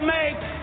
make